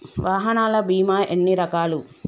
వాహనాల బీమా ఎన్ని రకాలు?